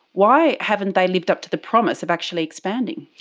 why haven't they lived up to the promise of actually expanding?